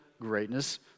greatness